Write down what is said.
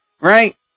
right